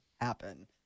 happen